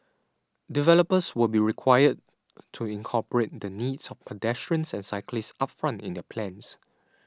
developers will be required to incorporate the needs of pedestrians and cyclists upfront in their plans